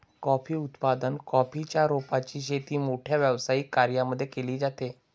coffee उत्पादन, coffee च्या रोपांची शेती मोठ्या व्यावसायिक कर्यांमध्ये केली जाते